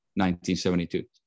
1972